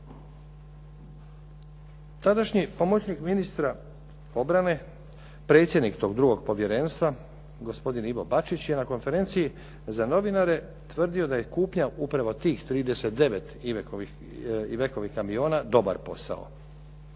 Tadašnji pomoćnik ministra obrane, predsjednik tog drugog povjerenstva gospodin Ivo Bačić je na konferenciji za novinare tvrdio da je kupnja upravo tih 39 Ivekovih kamiona dobar posao,